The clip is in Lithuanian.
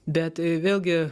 bet vėlgi